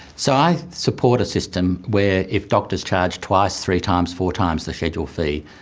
so i support a system where if doctors charge twice, three times, four times the scheduled fee,